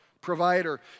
provider